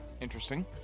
Interesting